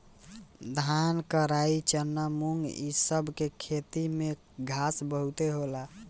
धान, कराई, चना, मुंग इ सब के खेत में घास बहुते होला